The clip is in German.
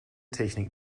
technik